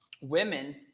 women